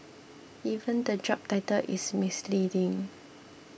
even the job title is misleading